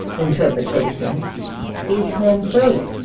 interpretation is home free.